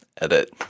edit